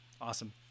awesome